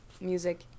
music